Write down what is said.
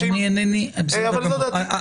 אבל זו דעתי.